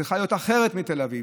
היא צריכה להיות אחרת מתל אביב.